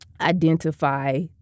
identify